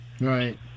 right